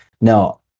Now